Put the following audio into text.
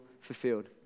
fulfilled